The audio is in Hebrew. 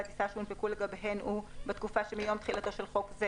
הטיסה שהונפקו לגביהן הוא בתקופה שמיום תחילתו של חוק זה